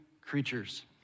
creatures